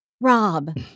rob